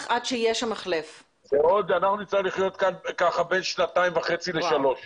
אנחנו נצטרך לחיות כך בין שנתיים וחצי לשלוש שנים.